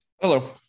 Hello